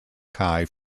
chi